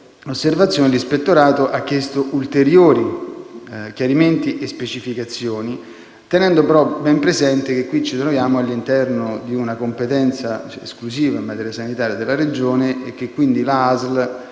osservazione, l'ispettorato ha chiesto ulteriori chiarimenti e specificazioni tenendo ben presente che ci troviamo all'interno di una competenza esclusiva in materia sanitaria della Regione e che, quindi, l'ASL